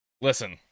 Listen